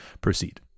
proceed